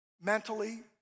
mentally